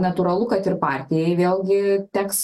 natūralu kad ir partijai vėlgi teks